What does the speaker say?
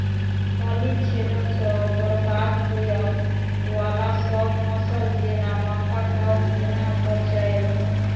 फली छेदक सँ बरबाद होबय वलासभ फसल जेना मक्का कऽ केना बचयब?